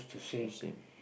the shame